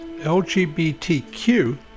LGBTQ